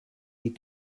die